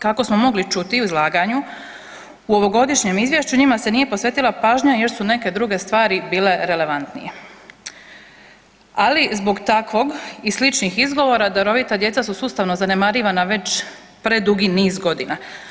Kako smo mogli čuti u izlaganju u ovogodišnjem izvješću njima se nije posvetila pažnja jer su neke druge stvari bile relevantnije, ali zbog takvog i sličnih izgovora darovita djeca su sustavno zanemarivana već predugi niz godina.